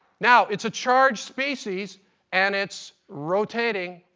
now, it's a charged species and it's rotating,